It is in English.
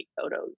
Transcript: photos